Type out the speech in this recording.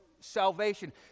salvation